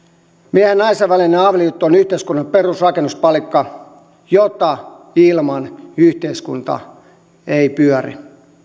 miehen ja naisen välinen avioliitto on yhteiskunnan perusrakennuspalikka jota ilman yhteiskunta ei pyöri